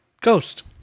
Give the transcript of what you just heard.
Ghost